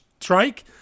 strike